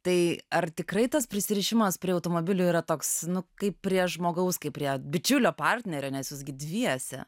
tai ar tikrai tas prisirišimas prie automobilių yra toks nu kaip prie žmogaus kaip prie bičiulio partnerio nes jūs gi dviese